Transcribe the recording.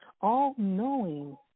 all-knowing